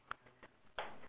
K uh